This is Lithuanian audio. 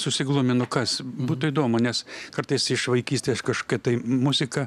susigluminu kas būtų įdomu nes kartais iš vaikystės kažkokia tai muzika